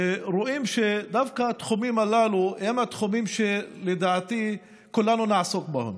ורואים שדווקא התחומים הללו הם התחומים שלדעתי כולנו נעסוק בהם: